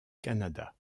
canada